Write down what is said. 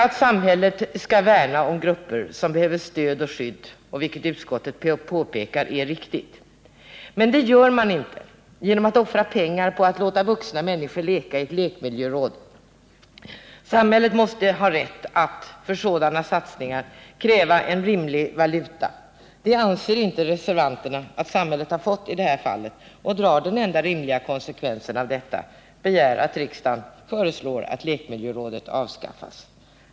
Att samhället skall värna om grupper som behöver stöd och skydd, vilket utskottet påpekar, är riktigt. Men det gör man inte genom att offra pengar på att låta vuxna människor leka i ett lekmiljöråd. Samhället måste ha rätt att för sådana satsningar kräva en rimlig valuta. Det anser inte reservanterna att samhället har fått i det här fallet, och de drar den enda rimliga konsekvensen av detta — föreslår att riksdagen begär att lekmiljörådet avskaffas.